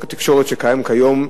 בחוק התקשורת שקיים כיום,